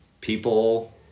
people